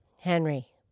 Henry